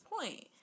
point